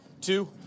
Two